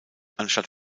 anstatt